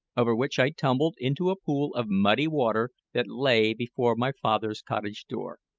over which i tumbled into a pool of muddy water that lay before my father's cottage door.